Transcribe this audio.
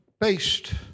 based